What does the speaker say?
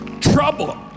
trouble